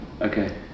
Okay